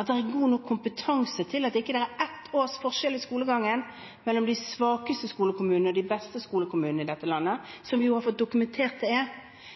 at det er god nok kompetanse til at det ikke er ett års forskjell i skolegangen mellom de svakeste skolekommunene og de beste skolekommunene i dette landet, som vi har fått dokumentert at det er,